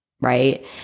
right